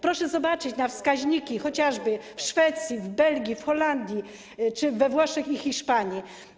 Proszę spojrzeć na wskaźniki chociażby w Szwecji, w Belgii, w Holandii czy we Włoszech i w Hiszpanii.